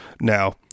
Now